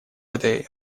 этой